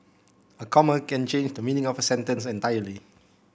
a comma can change the meaning of a sentence entirely